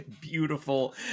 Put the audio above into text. beautiful